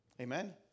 Amen